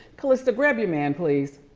calista, grab your man please.